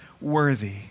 worthy